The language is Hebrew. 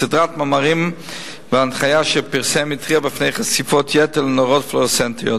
בסדרת מאמרים והנחיה שפרסם התריע מפני חשיפות יתר לנורות פלואורסצנטית.